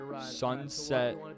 Sunset